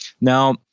Now